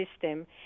system